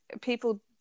people